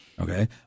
Okay